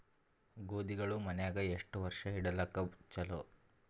ಗೋಧಿಗಳು ಮನ್ಯಾಗ ಎಷ್ಟು ವರ್ಷ ಇಡಲಾಕ ಚಲೋ?